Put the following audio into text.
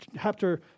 chapter